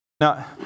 Now